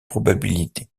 probabilités